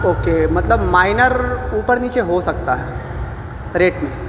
okay مطلب minor اوپر نیچے ہو سکتا ہے ریٹ میں